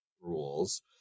rules